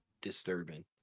disturbing